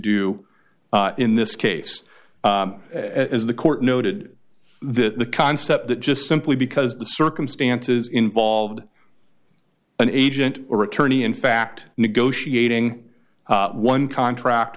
do in this case as the court noted that the concept that just simply because the circumstances involved an agent or attorney in fact negotiating one contract